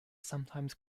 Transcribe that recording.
sometimes